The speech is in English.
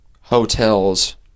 hotels